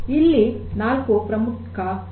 ಇಲ್ಲಿ ನಾಲ್ಕು ಪ್ರಮುಖ ಘಟಕಗಳಿವೆ